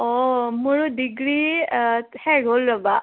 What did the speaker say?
অঁ মোৰো ডিগ্ৰী শেষ হ'ল ৰ'বা